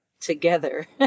together